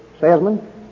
salesman